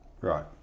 Right